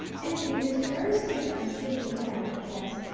and in this very seat i'm sitting in now, i guess,